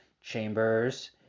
chambers